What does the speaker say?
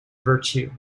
virtue